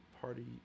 party